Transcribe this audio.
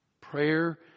prayer